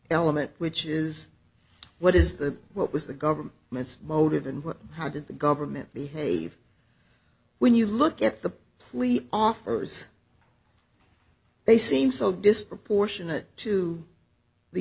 element which is what is the what was the government and its motive and what how did the government behave when you look at the plea offer as they seem so disproportionate to the